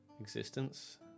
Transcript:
existence